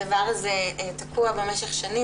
הדבר הזה תקוע במשך שנים.